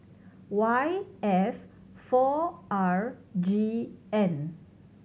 Y F four R G N